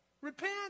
repent